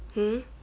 hmm